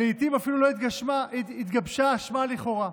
ולעיתים אפילו לא התגבשה אשמה לכאורה.